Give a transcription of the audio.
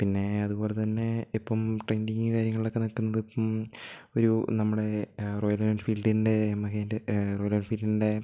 പിന്നെ അതുപോലെത്തന്നെ ഇപ്പം ട്രെൻഡിങ് കാര്യങ്ങളിലൊക്കെ നിൽക്കുന്നത് ഒരു നമ്മുടെ റോയൽ എൻഫീൽഡിൻ്റെ മഹേൻ്റെ റോയൽ എൻഫീൽഡിൻ്റെ